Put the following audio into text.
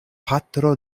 patro